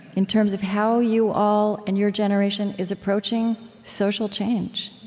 in terms of how you all, and your generation is approaching social change